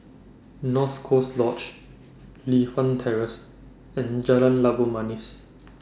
North Coast Lodge Li Hwan Terrace and Jalan Labu Manis